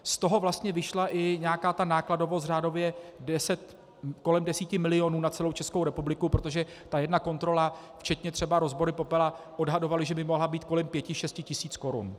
Z toho vlastně vyšla i nějaká nákladovost řádově kolem 10 milionů na celou Českou republiku, protože jedna kontrola včetně třeba rozboru popela odhadovala, že by mohla být kolem pěti šesti tisíc korun.